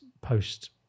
post